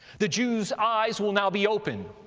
the jews' eyes will now be open,